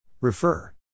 Refer